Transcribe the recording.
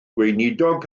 gweinidog